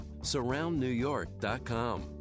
SurroundNewYork.com